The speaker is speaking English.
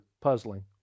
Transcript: puzzling